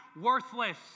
worthless